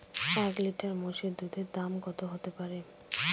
এক লিটার মোষের দুধের দাম কত হতেপারে?